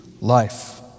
life